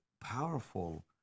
powerful